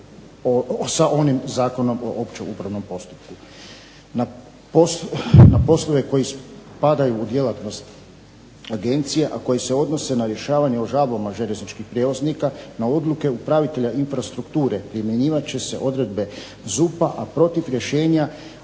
sa ovim zakonom o općem upravnom postupku. Na poslove koji spadaju u djelatnost Agencije a koji se odnose na rješavanje o žalbama željezničkih prijevoznika, na odluke upravitelja infrastrukture primjenjivat će se odredbe ZUP-a a protiv rješenja